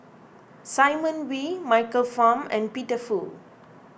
Simon Wee Michael Fam and Peter Fu